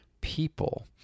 people